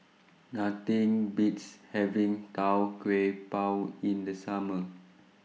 Nothing Beats having Tau Kwa Pau in The Summer